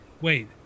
wait